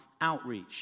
outreach